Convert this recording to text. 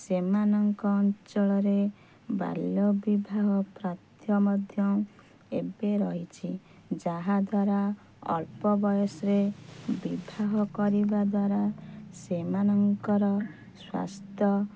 ସେମାନଙ୍କ ଅଞ୍ଚଳରେ ବାଲ୍ୟବିବାହ ପ୍ରଥା ମଧ୍ୟ ଏବେ ରହିଛି ଯାହାଦ୍ଵାରା ଅଳ୍ପ ବୟସରେ ବିବାହ କରିବାଦ୍ୱାରା ସେମାନଙ୍କର ସ୍ୱାସ୍ଥ୍ୟ